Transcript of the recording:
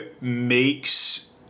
makes